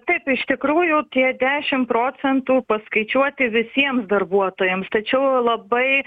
taip iš tikrųjų tie dešimt procentų paskaičiuoti visiems darbuotojams tačiau labai